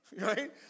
right